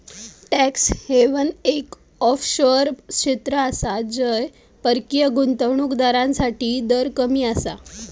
tax haven एक offshore क्षेत्र आसा जय परकीय गुंतवणूक दारांसाठी दर कमी आसा